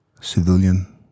civilian